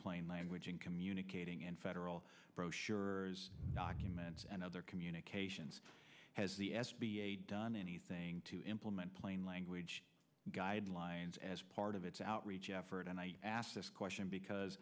plain language in communicating and federal brochure documents and other communications has the s b a done anything to implement plain language guidelines as part of its outreach effort and i ask this question because